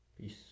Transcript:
Peace